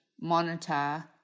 monitor